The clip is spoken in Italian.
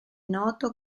noto